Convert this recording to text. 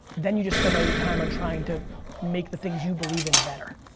then you just spend all you time on trying to make the things you believe in better.